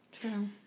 True